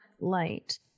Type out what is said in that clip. light